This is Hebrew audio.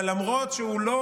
אבל למרות שהוא,